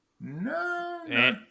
No